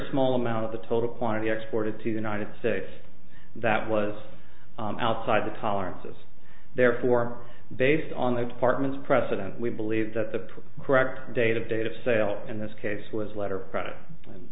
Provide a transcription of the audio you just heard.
small amount of the total quantity exported to the united states that was outside the tolerances therefore based on the department's precedent we believe that the correct date of date of sale in this case was letter product and